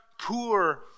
poor